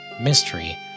mystery